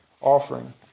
offering